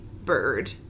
Bird